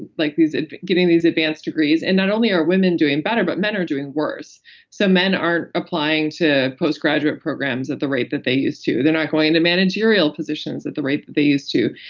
like ah getting these advanced degrees and not only are women doing better, but men are doing worse so men aren't applying to post-graduate programs at the rate that they used to they're not going into managerial positions at the rate that they used to.